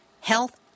health